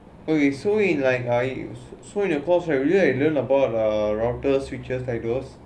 okay so in like uh so your coursse right do you like uh learn about routers switches algos